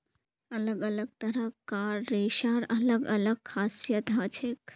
अलग अलग तरह कार रेशार अलग अलग खासियत हछेक